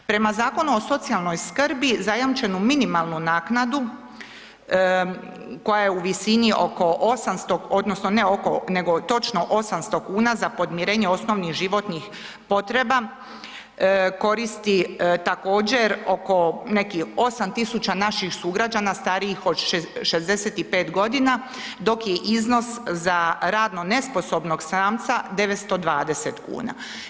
Prema Zakonu o socijalnoj skrbi zajamčenu minimalnu naknadu koja je u visini oko 800 odnosno ne oko nego točno 800,00 kn za podmirenje osnovnih životnih potreba, koristi također oko nekih 8000 naših sugrađana starijih od 65.g., dok je iznos za radno nesposobnog samca 920,00 kn.